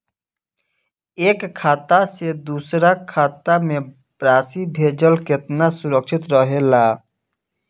एक खाता से दूसर खाता में राशि भेजल केतना सुरक्षित रहेला?